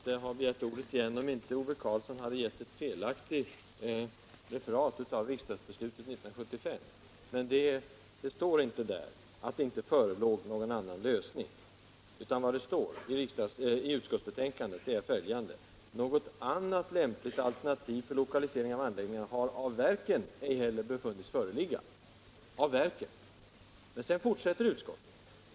Herr talman! Jag skulle inte ha begärt ordet igen, om inte herr Karlsson i Malung hade givit ett felaktigt referat av riksdagsbeslutet 1975. Det står inte i detta, att det inte förelåg någon annan lösnng. Vad som står i utskottsbetänkandet är följande: ”Något annat lämpligt alternativ för lokalisering av anläggningarna har av verken ej heller befunnits föreligga.